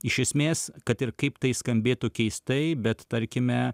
iš esmės kad ir kaip tai skambėtų keistai bet tarkime